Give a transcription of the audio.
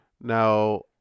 now